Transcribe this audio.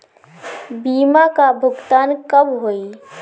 बीमा का भुगतान कब होइ?